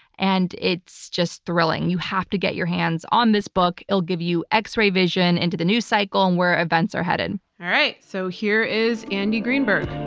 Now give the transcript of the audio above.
and it's just thrilling. you have to get your hands on this book. it'll give you x-ray vision into the news cycle and where events are headed. all right, so here is andy greenberg.